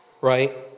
Right